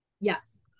Yes